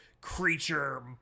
creature